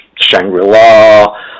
Shangri-La